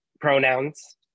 pronouns